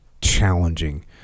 challenging